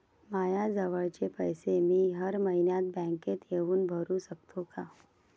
मायाजवळचे पैसे मी हर मइन्यात बँकेत येऊन भरू सकतो का?